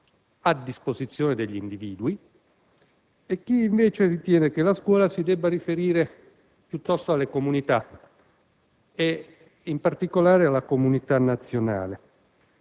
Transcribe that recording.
al servizio degli individui e chi invece ritiene che la scuola si debba riferire piuttosto alle comunità, in particolare alla comunità nazionale.